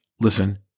listen